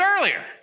earlier